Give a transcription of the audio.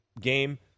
game